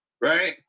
Right